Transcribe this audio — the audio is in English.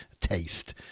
taste